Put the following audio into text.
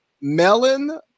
melon